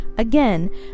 Again